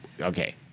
Okay